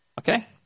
Okay